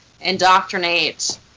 indoctrinate